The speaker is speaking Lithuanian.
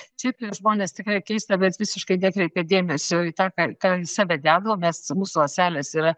čia apie žmones tikrai keista bet visiškai nekreipia dėmesio į tą ką ką į save deda o mes mūsų ląstelės yra